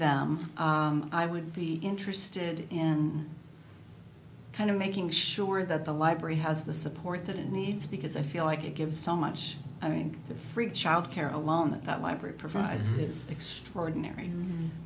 them i would be interested in kind of making sure that the library has the support that it needs because i feel like it gives so much i mean the free child care alone that that library provides is extraordinary